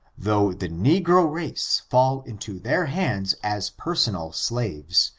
though the negro race fall into their hands as personal slaves,